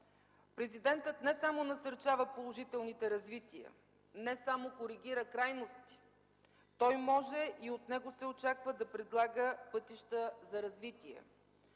Президентът не само насърчава положителните развития, не само коригира крайности – той може и от него се очаква да предлага пътища за развитие.